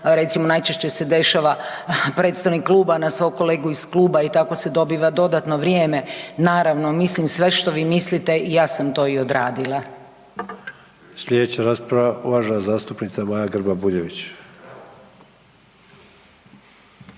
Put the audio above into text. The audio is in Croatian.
recimo, najčešće se dešava, predstavnik kluba na svog kolegu iz kluba i tako se dobiva dodatno vrijeme, naravno, mislim sve što vi mislite, i ja sam to i odradila. **Sanader, Ante (HDZ)** Sljedeća rasprava, uvažena zastupnica Maja Grba-Bujević.